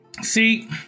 See